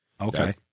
Okay